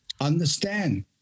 understand